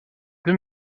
deux